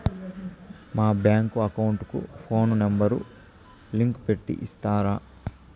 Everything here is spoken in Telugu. మా బ్యాంకు అకౌంట్ కు ఫోను నెంబర్ లింకు పెట్టి ఇస్తారా?